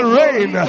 rain